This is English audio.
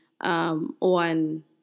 on